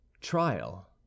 trial